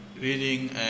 reading